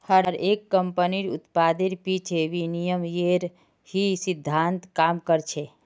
हर एक कम्पनीर उत्पादेर पीछे विनिमयेर ही सिद्धान्त काम कर छे